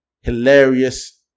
hilarious